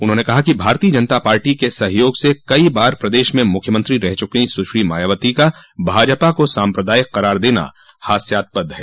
उन्होंने कहा कि भारतीय जनता पार्टी के सहयोग से कई बार प्रदेश में मुख्यमंत्री रह चुकीं सुश्री मायावती का भाजपा को साम्प्रदायिक क़रार देना हास्यास्पद है